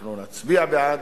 אנחנו נצביע בעד.